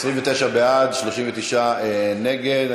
29 בעד, 39 נגד.